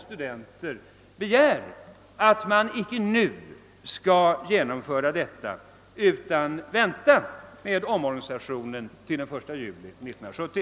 studenter begär att man icke skall genomföra reformen nu utan vänta med omorganisationen till den 1 juli 1970.